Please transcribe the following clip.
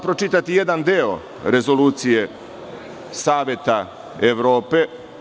Pročitaću vam jedan deo Rezolucije Saveta Evrope.